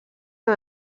han